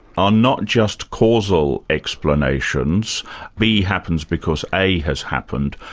are not just causal explanations b happens because a has happened,